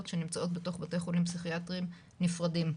שנמצאות בתוך בתי חולים פסיכיאטרים נפרדים.